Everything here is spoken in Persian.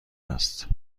است